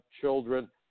children